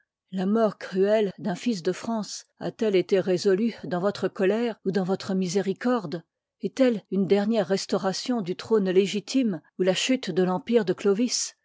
la mort cruelle d'un fils de france a-t-elle été résolue dans votre colère ou dans votre miséricorde est-elle une dernière rcstaui'ation ou trône icgiîime ou la chute de l'empire de clovis